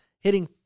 hitting